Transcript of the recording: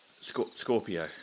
Scorpio